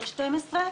11 ו-12.